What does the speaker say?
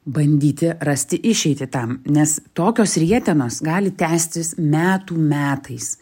bandyti rasti išeitį tam nes tokios rietenos gali tęstis metų metais